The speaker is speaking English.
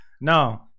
No